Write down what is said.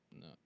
No